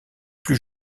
plus